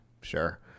Sure